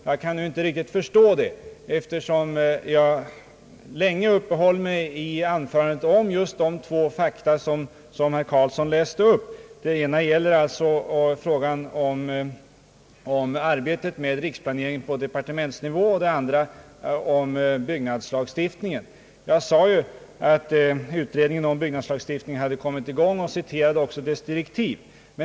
Jag kan inte riktigt förstå detta, eftersom jag i mitt anförande länge uppehöll mig vid just de fakta som herr Karlsson läste upp. Det gällde dels frågan om arbetet med riksplaneringen på departementsnivå, dels byggnadslagstiftningen. Jag sade att utredningen om byggnadslagstiftningen hade kommit i gång och citerade även dess direktiv.